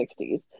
60s